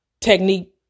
technique